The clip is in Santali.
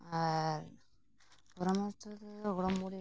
ᱟᱨ ᱯᱚᱨᱟᱢᱚᱨᱥᱚ ᱫᱚ ᱜᱚᱲᱚᱢ ᱵᱩᱲᱦᱤ ᱜᱚᱲᱚᱢ ᱦᱟᱲᱟᱢ ᱴᱷᱮᱱ ᱠᱷᱚᱱ